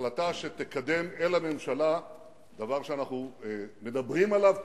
החלטה שתקדם אל הממשלה דבר שאנחנו מדברים עליו,